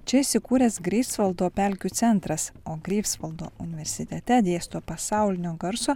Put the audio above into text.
čia įsikūręs greifsvaldo pelkių centras o greifsvaldo universitete dėsto pasaulinio garso